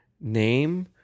name